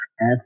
Add